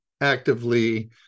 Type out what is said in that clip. actively